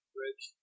Bridge